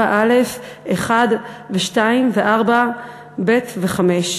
4(א)(1) ו-(2) ו-4(ב) ו-5.